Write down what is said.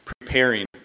preparing